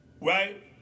right